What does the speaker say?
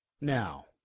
Now